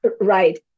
right